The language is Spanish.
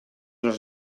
los